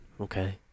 Okay